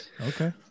Okay